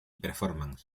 performance